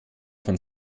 von